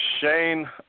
Shane